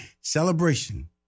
celebration